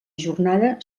jornada